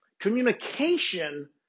Communication